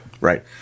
Right